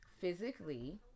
physically